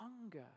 hunger